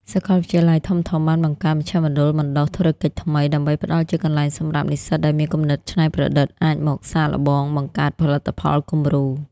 សាកលវិទ្យាល័យធំៗបានបង្កើត "មជ្ឈមណ្ឌលបណ្ដុះធុរកិច្ចថ្មី" ដើម្បីផ្ដល់ជាកន្លែងសម្រាប់និស្សិតដែលមានគំនិតច្នៃប្រឌិត អាចមកសាកល្បងបង្កើតផលិតផលគំរូ ។